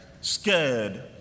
scared